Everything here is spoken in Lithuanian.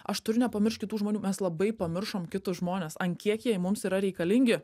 aš turiu nepamiršt kitų žmonių mes labai pamiršom kitus žmones ant kiek jie mums yra reikalingi